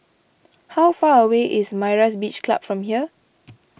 how far away is Myra's Beach Club from here